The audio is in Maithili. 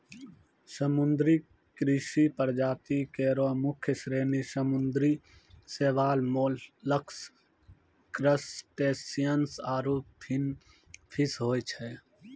समुद्री कृषि प्रजाति केरो मुख्य श्रेणी समुद्री शैवाल, मोलस्क, क्रसटेशियन्स आरु फिनफिश होय छै